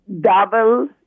double